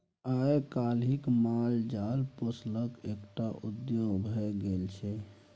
आइ काल्हि माल जाल पोसब एकटा उद्योग भ गेल छै